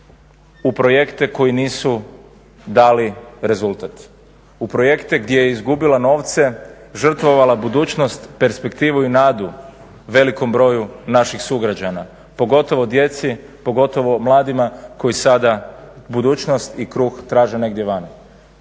u projekte koji nisu dali rezultat, u projekte gdje je izgubila novce, žrtvovala budućnost, perspektivu i nadu velikom broju naših sugrađana, pogotovo djeci, pogotovo mladima koji sada budućnost i kruh traže negdje vani.